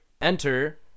Enter